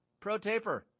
ProTaper